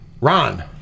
Ron